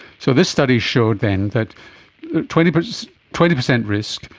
so this study showed then that twenty percent twenty percent risk,